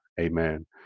Amen